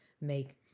make